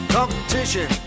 Competition